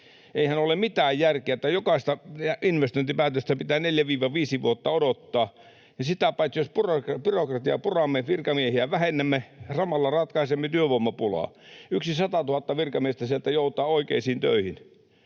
Eihän ole mitään järkeä, että jokaista investointipäätöstä pitää 4—5 vuotta odottaa. Ja sitä paitsi, jos byrokratiaa puramme, virkamiehiä vähennämme, samalla ratkaisemme työvoimapulaa. Satatuhatta virkamiestä sieltä joutaa oikeisiin töihin.